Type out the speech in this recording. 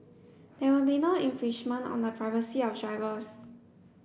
there will be no infringement on the privacy of drivers